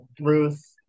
Ruth